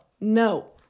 no